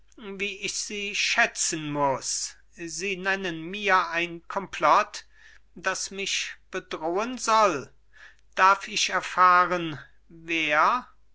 wie ich sie schätzen muß sie nennen mir ein komplott das mich bedrohen soll darf ich erfahren wer